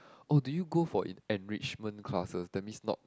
oh do you go for en~ enrichment classes that means not